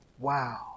Wow